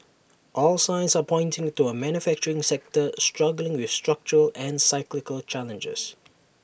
all signs are pointing to A manufacturing sector struggling with structural and cyclical challenges